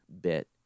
bit